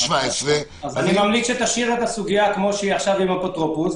אני ממליץ שתשאיר את הסוגיה כפי שהיא עכשיו עם אפוטרופוס,